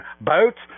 boats